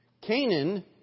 Canaan